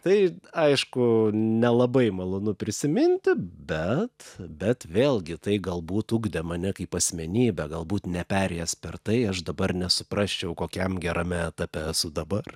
tai aišku nelabai malonu prisiminti bet bet vėlgi tai galbūt ugdė mane kaip asmenybę galbūt neperėjęs per tai aš dabar nesuprasčiau kokiam gerame etape esu dabar